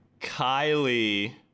Kylie